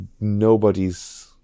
nobody's